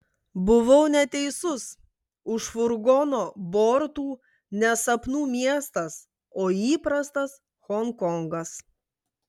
buvau neteisus už furgono bortų ne sapnų miestas o įprastas honkongas